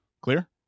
Clear